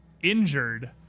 injured